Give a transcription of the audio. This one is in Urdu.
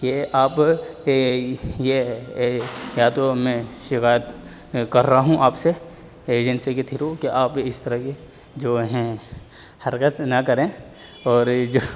یہ اب یہ یا تو میں شکایت کر رہا ہوں آپ سے ایجنسی کے تھرو کہ آپ اس طرح کی جو ہیں حرکت نہ کریں اور یہ جو